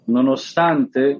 Nonostante